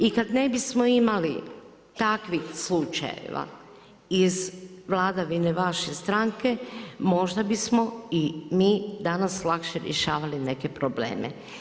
I kada ne bismo imali takvih slučajeva iz vladavine vaše stranke možda bismo i mi danas lakše rješavali neke probleme.